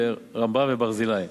"רמב"ם" ו"ברזילי".